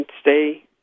stay